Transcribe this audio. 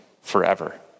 forever